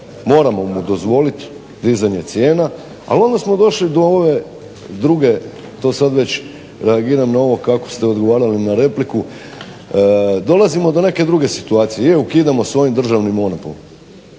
moramo mu dozvoliti dizanje cijena, ali onda smo došli do ove druge, to sada već reagiram na ovo kako ste odgovarali na repliku, dolazimo do neke druge situaciju i ukidamo s ovim državni monopol